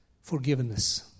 forgiveness